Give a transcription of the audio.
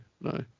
no